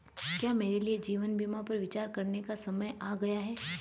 क्या मेरे लिए जीवन बीमा पर विचार करने का समय आ गया है?